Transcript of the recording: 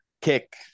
kick